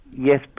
yes